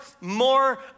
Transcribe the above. more